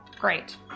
Great